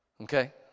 okay